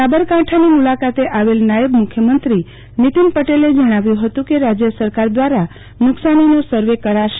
સાબરકાંઠાની મુલાકાતે આવેલ નાયબ મુખ્યમંત્રી નીતિન પટેલે જણાવ્યું હતું કે રાજય સરકાર દવારા નુકશાનીનો સર્વે કરાવાશે